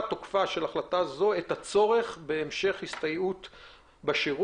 תוקפה של החלטה זו את הצורך בהמשך הסתייעות בשירות,